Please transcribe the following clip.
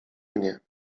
mnie